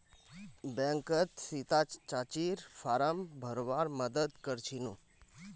बैंकत सीता चाचीर फॉर्म भरवार मदद कर छिनु